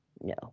No